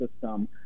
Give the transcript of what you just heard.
system